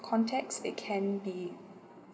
context it can be